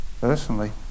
personally